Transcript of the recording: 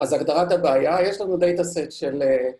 ‫אז הגדרת הבעיה, ‫יש לנו דאטאסט של...